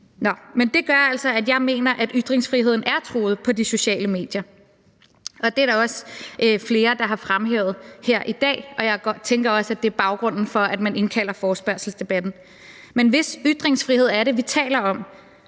det gør altså, at jeg mener, at ytringsfriheden er truet på de sociale medier, og det er der også flere der har fremhævet her i dag, og jeg tænker også, at det er baggrunden for, at man indkalder til forespørgselsdebatten. Men hvis ytringsfrihed er det, vi taler om?